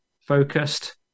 focused